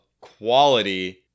quality